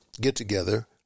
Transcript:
get-together